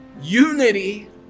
Unity